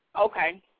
Okay